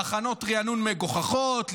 תחנות ריענון מגוחכות,